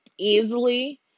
easily